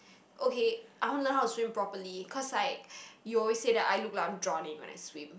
okay I want to learn how to swim properly cause like you always said that I looked like I am drowning when I swim